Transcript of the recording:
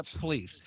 Please